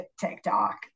TikTok